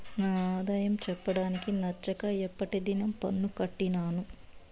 నా ఆదాయం చెప్పడానికి నచ్చక ఎప్పటి దినం పన్ను కట్టినాను